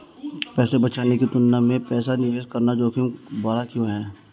पैसा बचाने की तुलना में पैसा निवेश करना जोखिम भरा क्यों है?